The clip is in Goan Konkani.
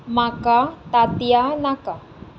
म्हाका तांतयां नाका